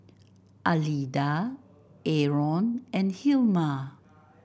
Alida Arron and Hilma